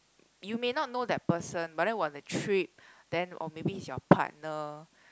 you may not know that person but then on the trip then or maybe is your partner